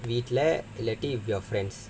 வீட்ல இல்லாட்டி:veetla illaatti with your friends